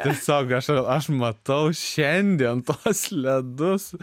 tiesiog aš aš matau šiandien tuos ledus